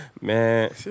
Man